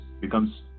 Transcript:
becomes